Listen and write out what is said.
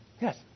Yes